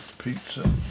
Pizza